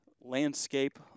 landscape